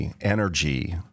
energy